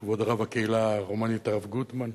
כבוד רב הקהילה הרומנית, הרב גוטמן,